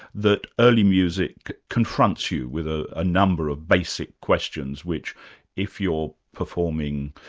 that early music confronts you with a ah number of basic questions, which if you're performing